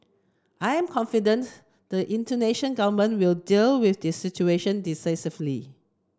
I am confident the Indonesian Government will deal with the situation decisively